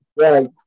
Right